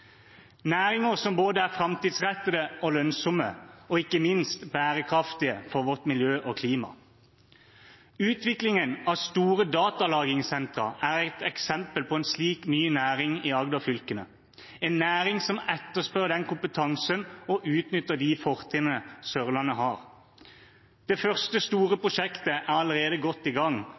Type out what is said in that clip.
næringer som er både framtidsrettede og lønnsomme og ikke minst bærekraftige for vårt miljø og klima. Utviklingen av store datalagringssentre er et eksempel på en slik ny næring i Agder-fylkene, en næring som etterspør den kompetansen og utnytter de fortrinnene Sørlandet har. Det første store prosjektet er allerede godt i gang.